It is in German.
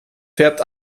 färbt